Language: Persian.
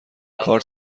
کار